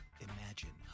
Imagine